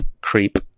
creep